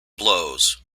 blows